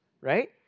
right